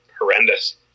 horrendous